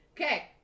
Okay